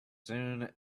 soon